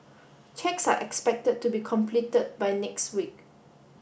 checks are expected to be completed by next week